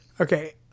Okay